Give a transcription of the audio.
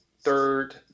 third